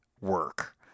work